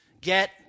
Get